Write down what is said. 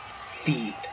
feed